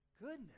goodness